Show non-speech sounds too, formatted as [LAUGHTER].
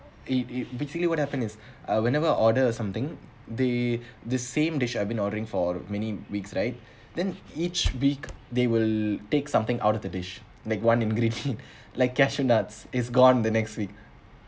it it basically what happened is uh whenever I order something they [BREATH] the same dish I've been ordering for many weeks right then each week they will take something out of the dish like one ingredient [LAUGHS] like cashew nuts is gone the next week